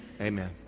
Amen